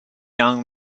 young